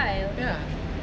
ya